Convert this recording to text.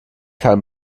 karl